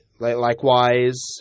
Likewise